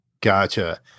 gotcha